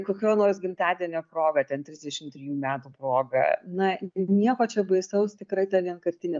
kokio nors gimtadienio proga ten trisdešimt trijų metų proga na nieko čia baisaus tikrai ta vienkartinė